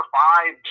five